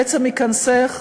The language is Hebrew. בעצם היכנסך,